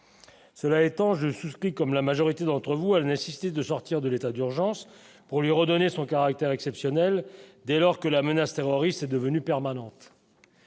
Cela étant, je souscris comme la majorité d'entre vous, elle n'de sortir de l'état d'urgence pour lui redonner son caractère exceptionnel, dès lors que la menace terroriste est devenue permanente.